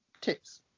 tips